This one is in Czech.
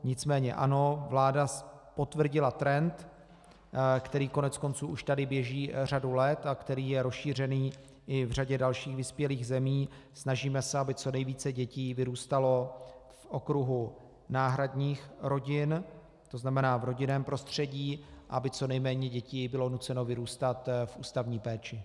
Nicméně ano, vláda potvrdila trend, který koneckonců už tady běží řadu let a který je rozšířený i v řadě dalších vyspělých zemí, snažíme se, aby co nejvíce dětí vyrůstalo v okruhu náhradních rodin, to znamená v rodinném prostředí, aby co nejméně dětí bylo nuceno vyrůstat v ústavní péči.